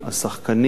השחקנים,